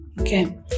Okay